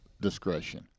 discretion